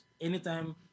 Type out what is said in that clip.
anytime